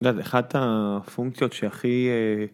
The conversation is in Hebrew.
אתה יודע, זה אחת הפונקציות שהכי... אה..